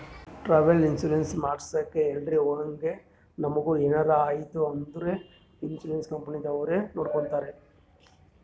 travel insurance ಮಾಡಿಸ್ಬೇಕ್ ಎಲ್ರೆ ಹೊಗಾಗ್ ನಮುಗ ಎನಾರೆ ಐಯ್ತ ಅಂದುರ್ ಇನ್ಸೂರೆನ್ಸ್ ಕಂಪನಿದವ್ರೆ ನೊಡ್ಕೊತ್ತಾರ್